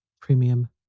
Premium